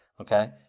okay